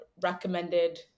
recommended